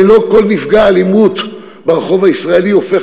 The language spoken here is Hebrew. הרי לא כל נפגע אלימות ברחוב הישראלי הופך